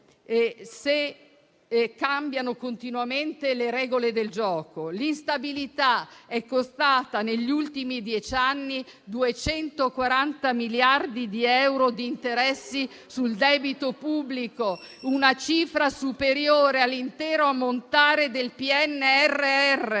se cambiano continuamente le regole del gioco. L'instabilità è costata, negli ultimi dieci anni, 240 miliardi di euro di interessi sul debito pubblico *(Commenti)*, una cifra superiore all'intero ammontare del PNRR.